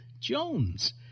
Jones